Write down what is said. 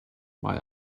mae